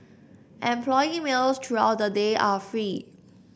employee meals throughout the day are free